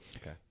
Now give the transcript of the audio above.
Okay